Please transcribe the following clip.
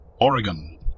Oregon